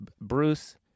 Bruce